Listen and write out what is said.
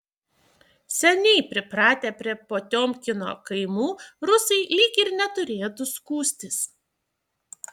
seniai pripratę prie potiomkino kaimų rusai lyg ir neturėtų skųstis